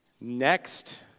Next